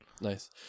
Nice